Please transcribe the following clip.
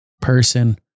person